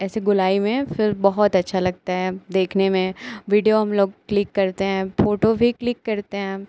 ऐसी गोलाई में फिर बहुत अच्छा लगता है देखने में वीडियो हमलोग क्लिक करते हैं फ़ोटो भी क्लिक करते हैं